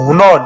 no